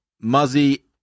Muzzy